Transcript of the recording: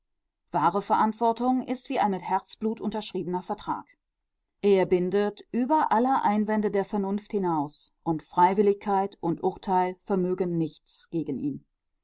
wahre verantwortung ist wie ein mit herzblut unterschriebener vertrag er bindet über alle einwände der vernunft hinaus und freiwilligkeit und urteil vermögen nichts gegen ihn